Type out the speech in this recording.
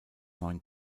neun